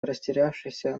растерявшихся